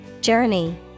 Journey